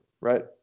right